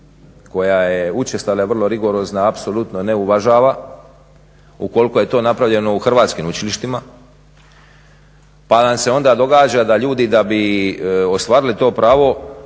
koja je učestala, vrlo rigorozna, apsolutno ne uvažava. Ukoliko je to napravljeno u hrvatskim učilištima pa nam se onda događa da ljudi da bi ostvarili to pravo